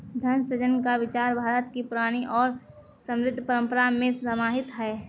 धन सृजन का विचार भारत की पुरानी और समृद्ध परम्परा में समाहित है